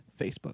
Facebook